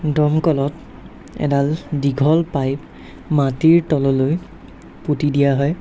দমকলত এডাল দীঘল পাইপ মাটিৰ তললৈ পুতি দিয়া হয়